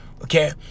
Okay